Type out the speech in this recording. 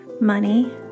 money